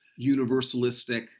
universalistic